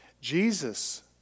Jesus